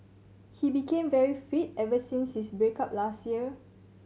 he became very fit ever since his break up last year